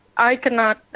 i cannot,